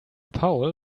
paul